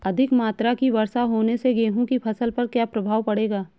अधिक मात्रा की वर्षा होने से गेहूँ की फसल पर क्या प्रभाव पड़ेगा?